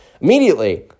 Immediately